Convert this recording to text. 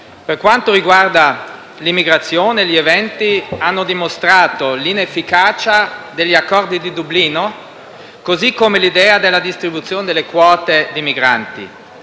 Per quanto riguarda l'immigrazione, gli eventi hanno dimostrato l'inefficacia degli accordi di Dublino, così come l'idea della distribuzione delle quote di migranti.